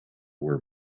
were